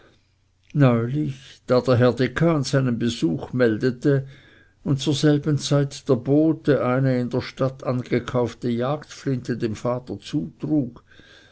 dekan seinen besuch meldete und zur selben zeit der bote eine in der stadt angekaufte jagdflinte dem vater zutrug